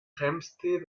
hempstead